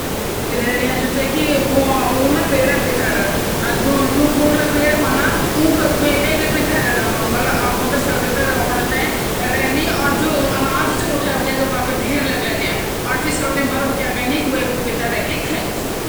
कुछ खाने जो बुरी साँस पैदा करी सकदन, जन की प्याज, लहसुन, मसालेदार खाना, मांसाहारी भोजन, शराब और तम्बाकू। इन चीजों से मुँख मजी दुर्गंध पैदा होदी क्योंकि ये भोजन हमारी पाचन क्रिया में बदलाव लोंदा न और बैक्टीरिया की वृद्धि को बढ़ावा देनंदा, जो बुरी साँस का कारण बनदा छ।